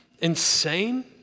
insane